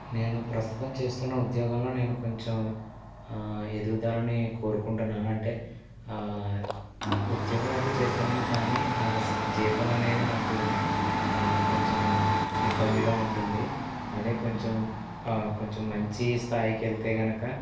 నేను ప్రస్తుతం చేస్తున్న ఉద్యోగంలో నేను కొంచెం ఎదుగుదలని కోరుకుంటున్నాను అంటే ఉద్యోగం అయితే చేస్తున్నాను కానీ నా జీవితం అనేది నాకు కొంచెం ఇబ్బందిగా ఉంటుంది అదే కొంచెం కొంచెం మంచి స్థాయికి వెళ్తే గనక